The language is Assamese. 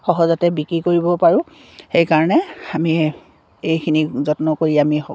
সহজতে বিক্ৰী কৰিবও পাৰোঁ সেইকাৰণে আমি এইখিনি যত্ন কৰি আমি